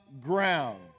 ground